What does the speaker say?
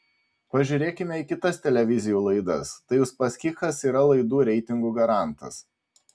pažiūrėkime į kitas televizijų laidas tai uspaskichas yra laidų reitingų garantas